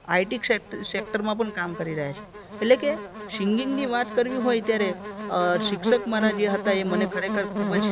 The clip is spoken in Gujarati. આઈટી સેક્ટરમાં પણ કામ કરી રહ્યા છે એટલે કે સિંગિંગની વાત કરવી હોય ત્યારે શિક્ષક મારા જે હતા એ મને ખરેખર ખૂબ જ